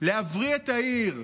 להבריא את העיר,